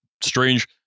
strange